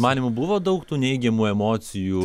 manymu buvo daug tų neigiamų emocijų